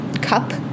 cup